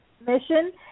mission